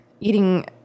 eating